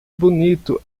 bonito